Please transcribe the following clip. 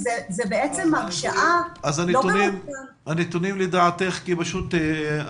לדעתך הנתונים בעניין